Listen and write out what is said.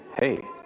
hey